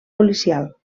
policial